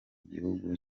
gihugu